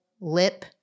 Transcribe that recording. lip